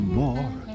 more